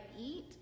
eat